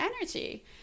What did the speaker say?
energy